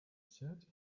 sat